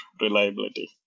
reliability